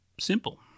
simple